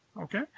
Okay